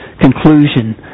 conclusion